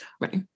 right